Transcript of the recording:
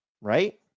Right